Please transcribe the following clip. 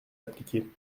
appliquée